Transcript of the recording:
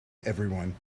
everyone